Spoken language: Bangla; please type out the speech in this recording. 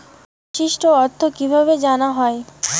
অবশিষ্ট অর্থ কিভাবে জানা হয়?